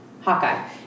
Hawkeye